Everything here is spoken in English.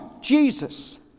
Jesus